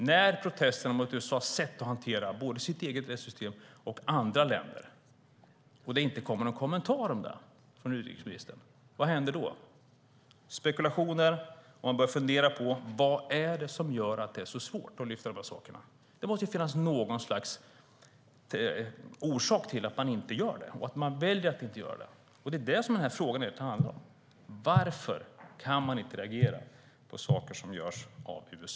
När protesterna mot USA:s sätt att hantera både sitt eget och andra länders rättssystem ökar och det inte kommer någon kommentar till detta från utrikesministern - vad händer då? Det blir spekulationer. Man börjar fundera på vad det är som är så svårt med att lyfta upp de här sakerna. Det måste finnas något slags orsak till att man väljer att inte göra det. Det är det som frågan egentligen handlar om. Varför kan man inte reagera på saker som görs av USA?